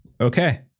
Okay